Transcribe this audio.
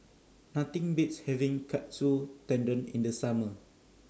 Nothing Beats having Katsu Tendon in The Summer